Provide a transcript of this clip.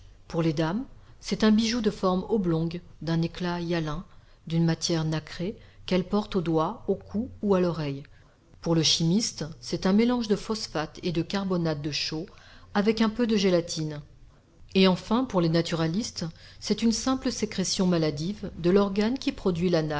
pour les dames c'est un bijou de forme oblongue d'un éclat hyalin d'une matière nacrée qu'elles portent au doigt au cou ou à l'oreille pour le chimiste c'est un mélange de phosphate et de carbonate de chaux avec un peu de gélatine et enfin pour les naturalistes c'est une simple sécrétion maladive de l'organe qui produit